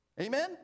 Amen